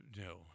no